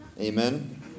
Amen